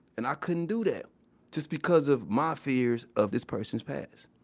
and i couldn't do that just because of my fears of this person's past